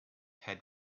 had